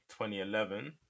2011